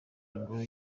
ingoro